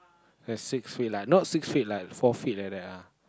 have six feet lah not six feet lah four feet like that ah